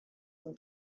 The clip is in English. him